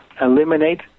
eliminate